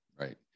Right